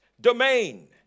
domain